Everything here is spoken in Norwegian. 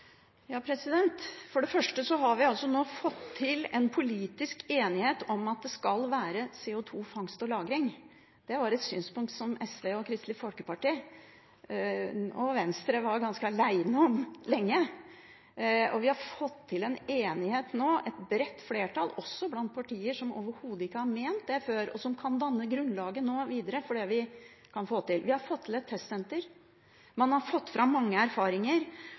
For det første har vi nå fått til en politisk enighet om at det skal være CO2-fangst og -lagring. Det synspunktet var SV og Kristelig Folkeparti og Venstre lenge ganske alene om. Vi har nå fått til en enighet, et bredt flertall – også blant partier som overhodet ikke har ment dette før – som nå videre kan danne grunnlaget for det vi kan få til. Vi har fått til et testsenter, man har fått fram mange